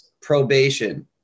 Probation